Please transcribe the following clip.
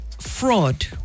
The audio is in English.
fraud